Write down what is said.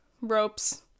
ropes